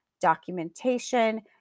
documentation